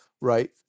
right